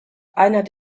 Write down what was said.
einer